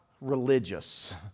religious